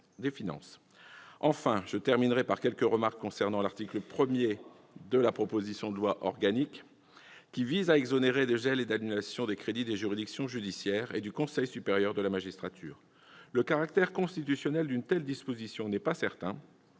lois ! Je terminerai par quelques remarques concernant l'article 1 de la proposition de loi organique, qui vise à exonérer de gels et d'annulations les crédits des juridictions judiciaires et du Conseil supérieur de la magistrature. Le caractère constitutionnel d'une telle disposition n'est pas certain,